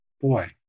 boy